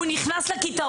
הוא נכנס לכיתה,